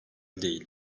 değil